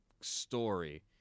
story